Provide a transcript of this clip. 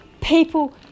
People